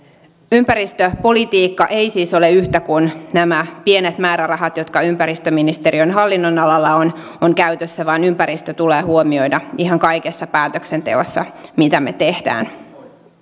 ympäristöpolitiikka ei siis ole yhtä kuin nämä pienet määrärahat jotka ympäristöministeriön hallinnonalalla ovat käytössä vaan ympäristö tulee huomioida ihan kaikessa päätöksenteossa mitä me teemme